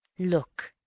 look!